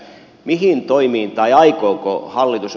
mihin toimiin tai aikooko hallitus